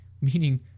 meaning